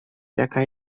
jaka